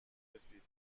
رسید